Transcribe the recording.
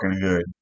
good